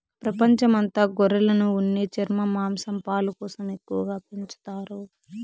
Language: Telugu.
ప్రపంచం అంత గొర్రెలను ఉన్ని, చర్మం, మాంసం, పాలు కోసం ఎక్కువగా పెంచుతారు